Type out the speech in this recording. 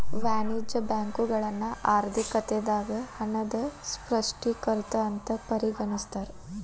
ವಾಣಿಜ್ಯ ಬ್ಯಾಂಕುಗಳನ್ನ ಆರ್ಥಿಕತೆದಾಗ ಹಣದ ಸೃಷ್ಟಿಕರ್ತ ಅಂತ ಪರಿಗಣಿಸ್ತಾರ